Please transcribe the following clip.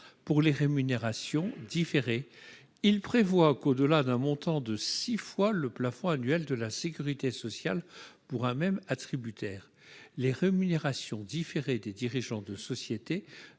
pour les rémunérations différées. Au-delà d'un montant de six fois le plafond annuel de la sécurité sociale pour un même attributaire, les rémunérations différées des dirigeants de société